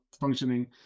functioning